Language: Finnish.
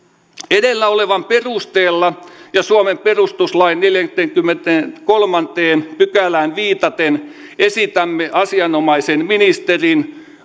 edellä olevan perusteella ja suomen perustuslain neljänteenkymmenenteenkolmanteen pykälään viitaten esitämme asianomaisen ministerin